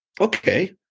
okay